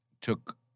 took